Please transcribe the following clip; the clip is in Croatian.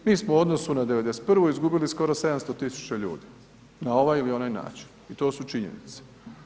Mi smo u odnosu na '91. izgubili skoro 700.000 ljudi na ovaj ili onaj način i to su činjenice.